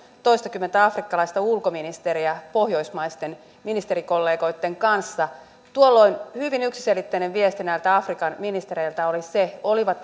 toistakymmentä afrikkalaista ulkoministeriä pohjoismaisten ministerikollegoitten kanssa tuolloin hyvin yksiselitteinen viesti näiltä afrikan ministereiltä oli se olivat